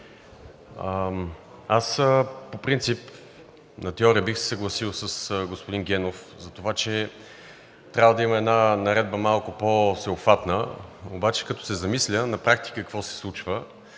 По принцип, на теория бих се съгласил с господин Генов затова, че трябва да има една наредба, малко по-всеобхватна, обаче като се замисля на практика какво се случва,